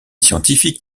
scientifique